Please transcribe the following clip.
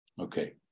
Okay